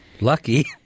Lucky